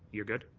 you're good.